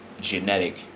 genetic